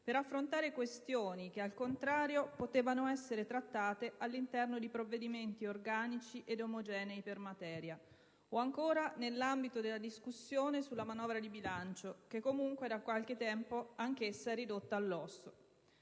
per affrontare questioni che, al contrario, potevano essere trattate all'interno di provvedimenti organici e omogenei per materia, o ancora, nell'ambito della discussione sulla manovra di bilancio (anch'essa, comunque, da qualche tempo ridotta all'osso),